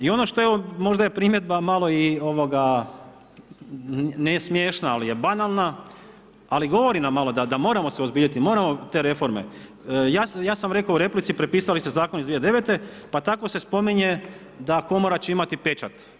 I ono što je možda je primjedba malo, ne smiješna, ali je banalna, ali govori nam malo da se moramo uozbiljiti, moramo te reforme, ja sam rekao u replici prepisali ste zakon iz 2009. pa tako se spominje da će komora imati pečat.